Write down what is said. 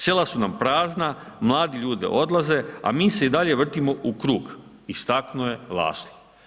Sela su nam prazna, mladi ljudi odlaze a mi se i dalje vrtimo u krug, istaknuo je Laszlo.